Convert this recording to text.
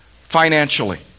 financially